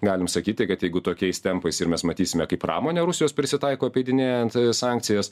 galim sakyti kad jeigu tokiais tempais ir mes matysime kaip pramonė rusijos prisitaiko apeidinėjant sankcijas